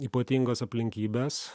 ypatingos aplinkybės